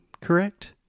correct